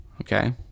okay